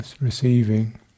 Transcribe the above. Receiving